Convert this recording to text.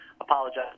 apologize